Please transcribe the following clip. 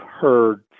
heard